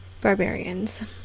barbarians